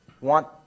want